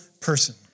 person